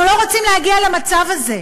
אנחנו לא רוצים להגיע למצב הזה.